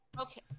Okay